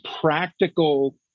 practical